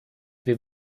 wir